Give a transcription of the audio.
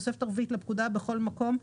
הוראות סעיף 14לז יחולו על קביעות המפקח